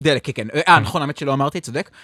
נכון, האמת שלא אמרתי, צודק.